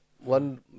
One